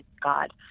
God